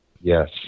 Yes